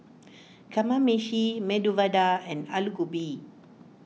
Kamameshi Medu Vada and Alu Gobi